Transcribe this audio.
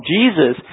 Jesus